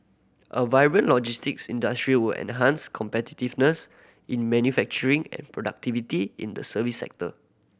a vibrant logistics industry will enhance competitiveness in manufacturing and productivity in the service sector